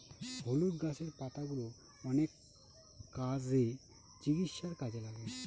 হলুদ গাছের পাতাগুলো অনেক কাজে, চিকিৎসার কাজে লাগে